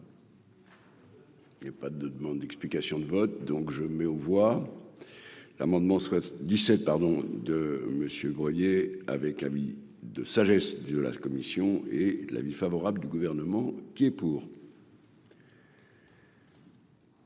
Il y a pas de demande d'explications de vote, donc je mets aux voix l'amendement 77 pardon de monsieur voyez avec avis de sagesse de la commission et l'avis favorable du gouvernement qui est pour.